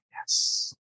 yes